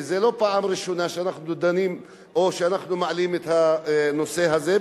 וזו לא פעם ראשונה שאנחנו דנים או שאנחנו מעלים את הנושא הזה,